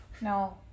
No